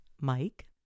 Mike